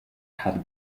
had